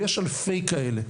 ויש אלפי כאלה.